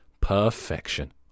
Perfection